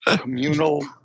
communal